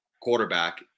quarterback